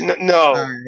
no